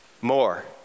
More